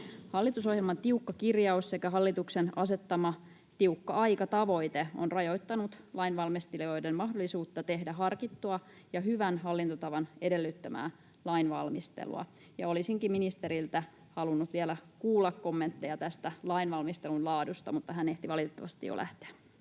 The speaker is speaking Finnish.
Hallitusohjelman tiukka kirjaus sekä hallituksen asettama tiukka aikatavoite ovat rajoittaneet lainvalmistelijoiden mahdollisuutta tehdä harkittua ja hyvän hallintotavan edellyttämää lainvalmistelua. Olisinkin ministeriltä halunnut vielä kuulla kommentteja tästä lainvalmistelun laadusta, mutta hän ehti valitettavasti jo lähteä.